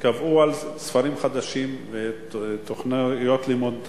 קבעו ספרים חדשים ותוכניות לימוד חדשות,